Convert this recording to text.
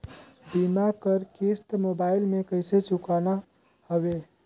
बीमा कर किस्त मोबाइल से कइसे चुकाना हवे